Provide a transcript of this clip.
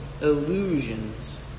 illusions